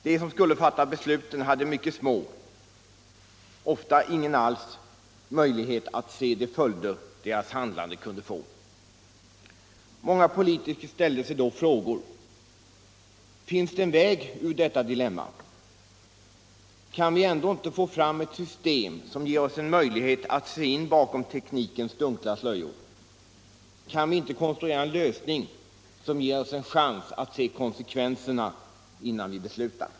De som skulle fatta besluten hade mycket små — ofta inga alls — möjligheter att se de följder deras handlande kunde få. Många politiker ställde sig då frågor: Finns det en väg ur detta dilemma? Kan vi ändå inte få fram ett system som ger oss en möjlighet att se in bakom teknikens dunkla slöjor? Kan vi inte konstruera en lösning som ger oss en chans att se konsekvenserna innan vi beslutar?